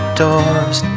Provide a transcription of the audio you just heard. doors